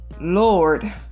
Lord